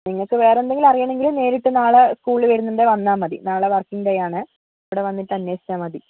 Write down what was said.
നിങ്ങൾക്ക് വേറെ എന്തെങ്കിലും അറിയണമെങ്കിൽ നേരിട്ട് നാളെ സ്കൂളിൽ വരുന്നുണ്ടെങ്കിൽ വന്നാൽ മതി നാളെ വർക്കിങ് ഡേ ആണ് ഇവിടെ വന്നിട്ട് അന്വേഷിച്ചാൽ മതി